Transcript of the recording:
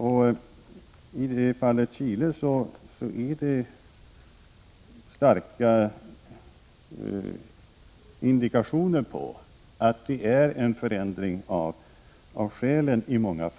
När det gäller Chile finns det starka indikationer på att det i många fall är skälen